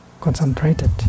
concentrated